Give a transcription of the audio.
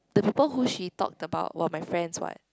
the people who she talked about were my friends what